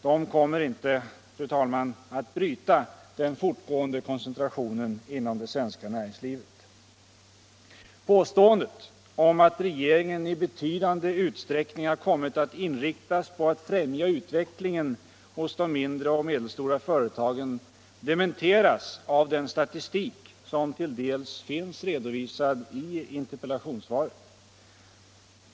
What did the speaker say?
De kommer, fru talman, inte att bryta den fortgående koncentrationen inom det svenska näringslivet. é Påståendet att regeringens näringspolitik i betydande utsträckning har kommit att inriktas på att främja utvecklingen hos de mindre och medelstora företagen dementeras av den statistik som till dels finns redovisad i interpellationssvaret.